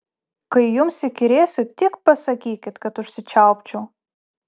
kai jums įkyrėsiu tik pasakykit kad užsičiaupčiau